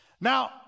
Now